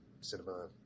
cinema